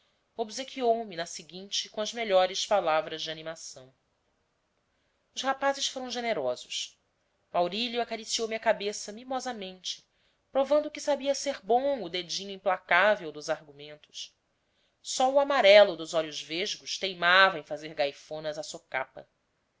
aula obsequiou me na seguinte com as melhores palavras de animação os rapazes foram generosos maurílio acariciou me a cabeça mimosamente provando que sabia ser bom o dedinho implacável dos argumentos só o amarelo dos olhos vesgos teimava em fazer gaifonas à socapa